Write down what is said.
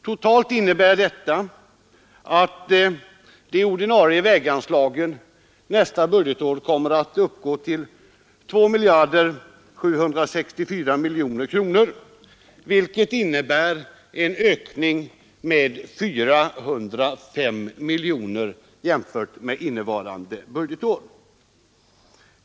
Totalt innebär detta att de ordinarie väganslagen nästa budgetår kommer att uppgå till 2 764 miljoner kronor, vilket är en ökning med 405 miljoner jämfört med innevarande budgetår.